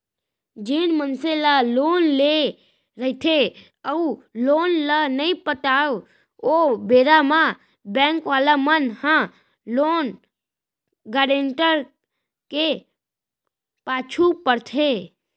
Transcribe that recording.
जेन मनसे ह लोन लेय रहिथे अउ लोन ल नइ पटाव ओ बेरा म बेंक वाले मन ह लोन गारेंटर के पाछू पड़थे